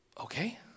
okay